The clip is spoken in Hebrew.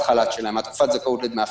מתקופת הזכאות לדמי אבטלה.